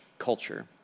culture